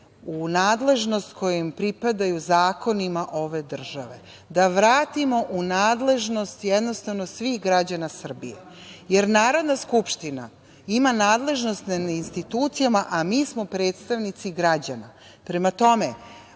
u nadležnost kojim pripadaju zakonima ove države, da vratimo u nadležnost jednostavno svih građana Srbije, jer Narodna skupština ima nadležnost nad institucijama, a mi smo predstavnici građana. Prema tome,